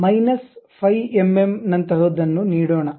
ಈಗ minus 5 mm ನಂತಹದನ್ನು ನೀಡೋಣ